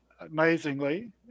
Amazingly